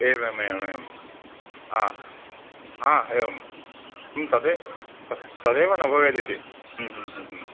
एवमेव वम् आ आ एवं तदे तत् तदेव न भवेदेव